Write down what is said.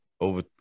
over